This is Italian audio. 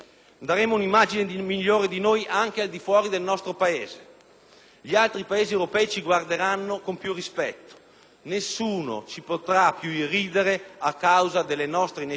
Gli altri Paesi europei ci guarderanno con più rispetto. Nessuno ci potrà più irridere a causa delle nostre inefficienze, come è avvenuto con lo scandalo dei rifiuti di Napoli.